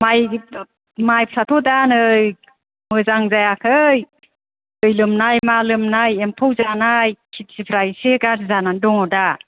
माइफ्राथ' दा नै मोजां जायाखै दै लोमनाय मा लोमनाय एम्फौ जानाय किटिफ्रा इसे गार्जि जानानै दङ दा